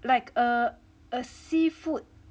like a a seafood